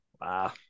Wow